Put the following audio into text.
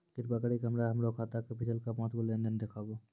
कृपा करि के हमरा हमरो खाता के पिछलका पांच गो लेन देन देखाबो